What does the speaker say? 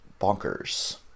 bonkers